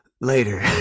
later